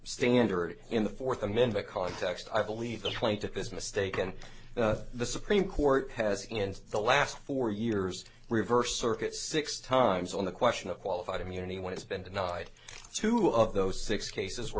standard in the fourth amendment context i believe the plaintiff is mistaken the supreme court has in the last four years reversed circuits six times on the question of qualified immunity when it's been denied two of those six cases were